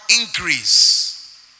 increase